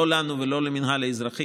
לא לנו ולא למינהל האזרחי.